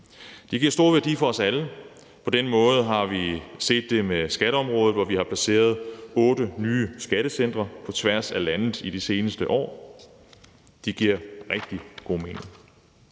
Det giver stor værdi for os alle, og det har vi set på skatteområdet, hvor vi har placeret otte nye skattecentre på tværs af landet i de seneste år. Det giver rigtig god mening.